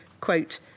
quote